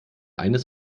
eines